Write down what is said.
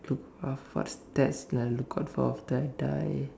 uh what stats that I look out for after I die